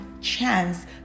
chance